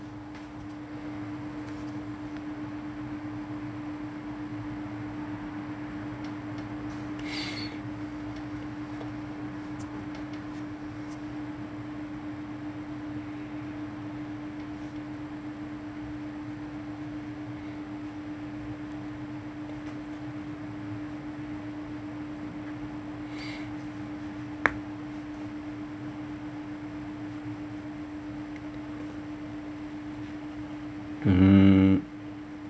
mmhmm